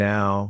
Now